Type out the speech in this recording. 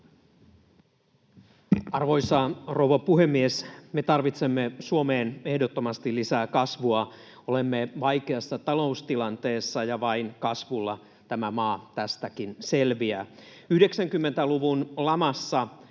Arvoisa rouva puhemies! Me tarvitsemme Suomeen ehdottomasti lisää kasvua. Olemme vaikeassa taloustilanteessa, ja vain kasvulla tämä maa tästäkin selviää. 90-luvun lamassa